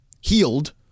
healed